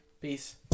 Peace